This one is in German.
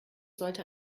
sollte